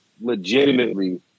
legitimately